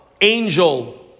angel